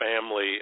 family